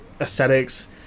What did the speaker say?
aesthetics